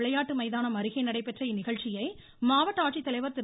விளையாட்டு மைதானம் அருகே நடைபெற்ற இந்நிகழ்ச்சியை மாவட்ட ஆட்சித்தலைவர் திரு